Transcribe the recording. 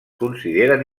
consideren